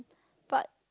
but